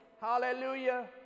Hallelujah